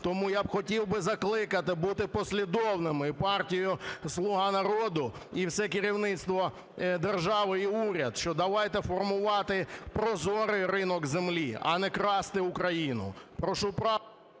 Тому я б хотів би закликати бути послідовними партію "Слуга народу" і все керівництво держави, і уряд, що давайте формувати прозорий ринок землі, а не красти Україну.